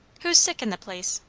who's sick in the place?